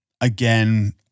again